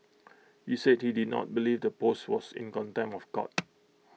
he said he did not believe the post was in contempt of court